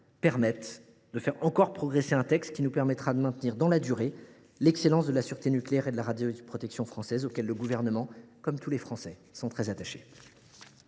puisse faire encore progresser un texte qui nous permettra de maintenir dans la durée l’excellence de la sûreté nucléaire et de la radioprotection française, auxquelles le Gouvernement, comme tous les Français, est pleinement attaché.